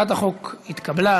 הצעת החוק התקבלה,